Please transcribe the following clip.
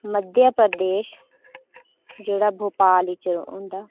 मध्य प्रदेश जेह्ड़ा भोपाल च होंदा